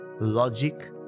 logic